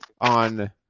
on